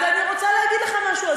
אני רוצה להגיד לך משהו.